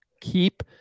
keep